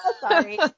Sorry